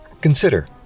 Consider